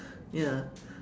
ya